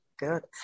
good